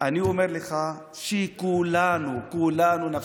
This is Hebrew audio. אני אומר לך שכולנו, כולנו נפסיד.